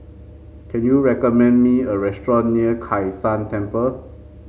can you recommend me a restaurant near Kai San Temple